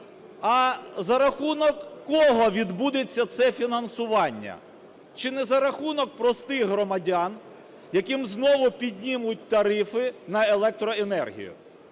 А за рахунок кого відбудеться це фінансування? Чи не за рахунок простих громадян, яким знову піднімуть тарифи на електроенергію?